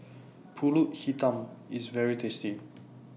Pulut Hitam IS very tasty